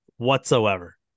whatsoever